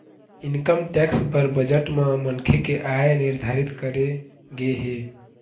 income tax बर budget म मनखे के आय निरधारित करे गे हे